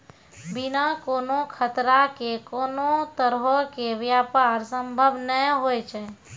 बिना कोनो खतरा के कोनो तरहो के व्यापार संभव नै होय छै